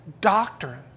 doctrine